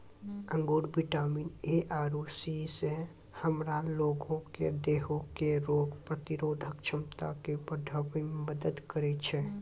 अंगूर vitamin A आरु C से हमरा लोगो के देहो के रोग प्रतिरोधक क्षमता के बढ़ाबै मे मदत करै छै